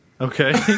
Okay